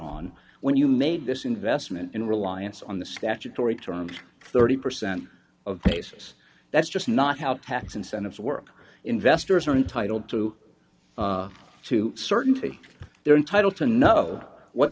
on when you made this investment in reliance on the statutory terms thirty percent of the basis that's just not how tax incentives work investors are entitled to to certainty they're entitled to know what